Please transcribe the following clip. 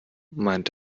meint